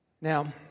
Now